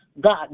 God